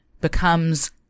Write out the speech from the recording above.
becomes